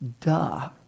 duh